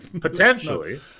Potentially